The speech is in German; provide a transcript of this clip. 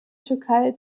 türkei